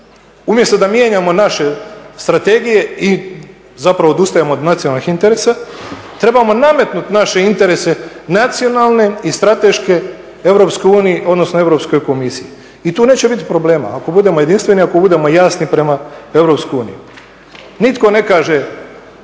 Umjesto da mijenjamo naše strategije i zapravo odustajemo od nacionalnih interesa trebamo nametnut naše interese nacionalne i strateške Europskoj uniji, odnosno Europskoj komisiji i tu neće biti problema ako budem jedinstveni, ako budemo jasni prema Europskoj uniji. Nitko ne kaže